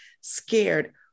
scared